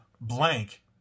blank